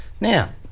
Now